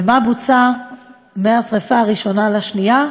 ומה בוצע מהשרפה הראשונה לשנייה?